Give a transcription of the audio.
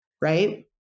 Right